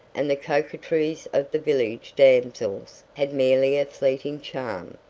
and the coquetries of the village damsels had merely a fleeting charm.